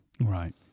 Right